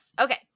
okay